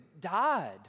died